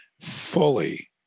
fully